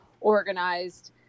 organized